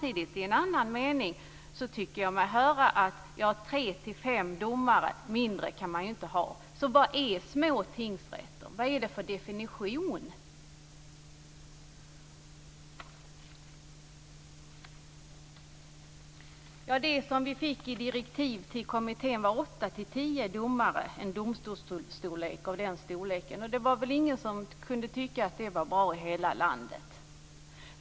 I en annan mening tycker jag mig höra att man inte kan ha mindre än tre-fem domare. Vad är små tingsrätter? Vilken är definitionen på det? I direktiven till kommittén stod det att domstolsstorleken skulle vara åtta-tio domare. Det var ingen som kunde tycka att det var bra i hela landet.